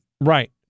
Right